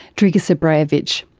dragica so brayovic.